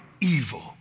evil